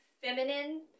feminine